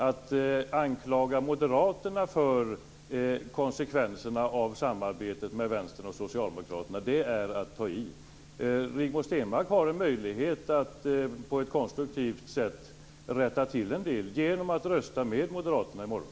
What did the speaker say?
Att anklaga moderaterna för konsekvenserna av samarbetet med Vänstern och Socialdemokraterna är att ta i. Rigmor Stenmark har en möjlighet att på ett konstruktivt sätt rätta till en del genom att rösta med moderaterna i morgon.